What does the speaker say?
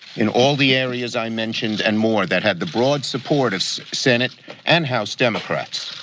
in all the areas i mentioned and more that have the broad support senate and house democrats.